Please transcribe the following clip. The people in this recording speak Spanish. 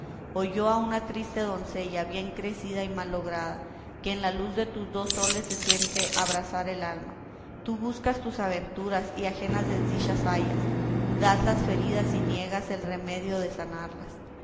arabia oye a una triste doncella bien crecida y mal lograda que en la luz de tus dos soles se siente abrasar el alma tú buscas tus aventuras y ajenas desdichas hallas das las feridas y niegas el remedio de sanarlas